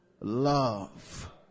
love